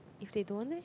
if they don't leh